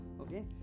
Okay